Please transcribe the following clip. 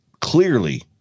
clearly